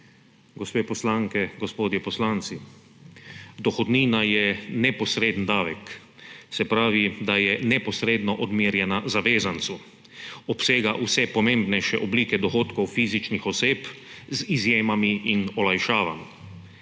Gospe poslanke, gospodje poslanci! Dohodnina je neposredni davek; se pravi, da je neposredno odmerjena zavezancu. Obsega vse pomembnejše oblike dohodkov fizičnih oseb z izjemami in olajšavami.